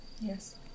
Yes